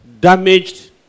damaged